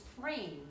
frame